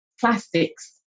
plastics